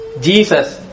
Jesus